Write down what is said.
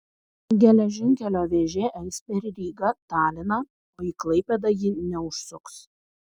geležinkelio vėžė eis per ryga taliną o į klaipėdą ji neužsuks